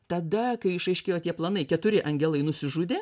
tada kai išaiškėjo tie planai keturi angelai nusižudė